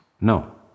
No